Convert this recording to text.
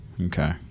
okay